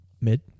Mid